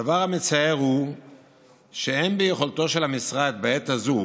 הדבר המצער הוא שאין ביכולתו של המשרד בעת הזו